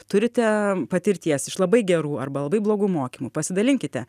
turite patirties iš labai gerų arba labai blogų mokymų pasidalinkite